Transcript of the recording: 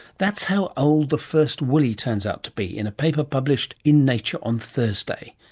that's how old the first willy turns out to be in a paper published in nature on thursday.